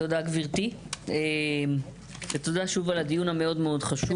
תודה גבירתי ותודה שוב על הדיון המאוד מאוד חשוב.